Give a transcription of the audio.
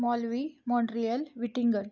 maulvi Montreal विटिंगन